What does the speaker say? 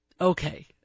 Okay